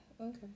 okay